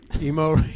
emo